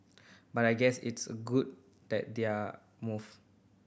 but I guess it's good that they are move